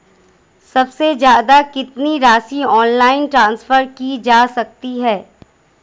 सबसे ज़्यादा कितनी राशि ऑनलाइन ट्रांसफर की जा सकती है?